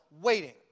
waiting